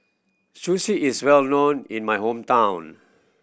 sushi is well known in my hometown